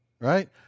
Right